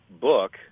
book